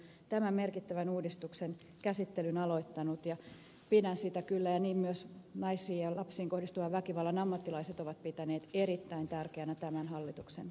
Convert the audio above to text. lakivaliokunta on jo tämän merkittävän uudistuksen käsittelyn aloittanut ja pidän sitä kyllä ja niin myös naisiin ja lapsiin kohdistuvan väkivallan ammattilaiset ovat pitäneet erittäin tärkeänä tämän hallituksen aikaansaannoksena